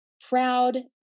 proud